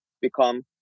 become